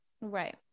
Right